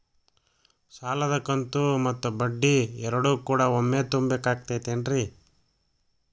ಸಾಲದ ಕಂತು ಮತ್ತ ಬಡ್ಡಿ ಎರಡು ಕೂಡ ಒಮ್ಮೆ ತುಂಬ ಬೇಕಾಗ್ ತೈತೇನ್ರಿ?